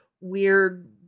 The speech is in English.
weird